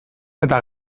eta